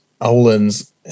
Olin's